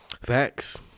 Facts